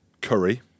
Curry